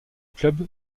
club